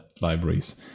libraries